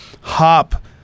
hop